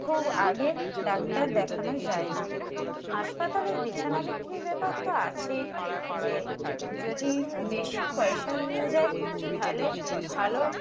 খুব আগে ডাক্তার দেখানো যায় না হাসপাতালের বিছানা বিক্রির ব্যাপার তো আছেই যে যদি বেশি পয়সা দেওয়া যায় তাহলে ভালো